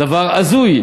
דבר הזוי.